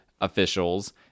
officials